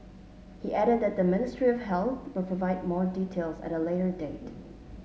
he added that the Ministry of Health will provide more details at a later date